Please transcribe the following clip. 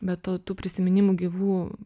be to tų prisiminimų gyvų